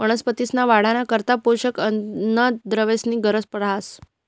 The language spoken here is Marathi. वनस्पतींसना वाढना करता पोषक अन्नद्रव्येसनी गरज रहास